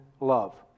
love